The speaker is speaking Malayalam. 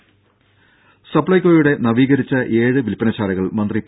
രും സപ്ലൈകോയുടെ നവീകരിച്ച ഏഴ് വിൽപ്പന ശാലകൾ മന്ത്രി പി